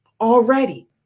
already